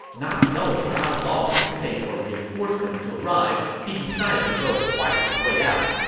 not knowing how long it would take for reinforcements to arrive, he decided to go fight his way out.